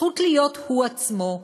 הזכות להיות הוא עצמו.